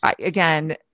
Again